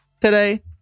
today